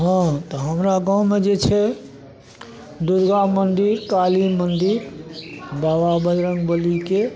हँ तऽ हमरा गाँवमे जे छै दुर्गा मन्दिर काली मन्दिर बाबा बजरंगबलीके